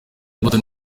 imbuto